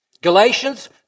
Galatians